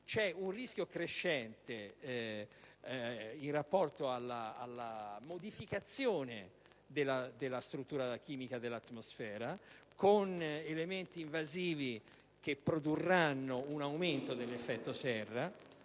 di un rischio crescente in rapporto alla modificazione della struttura chimica dell'atmosfera, con elementi invasivi che produrranno un aumento preoccupante dell'effetto serra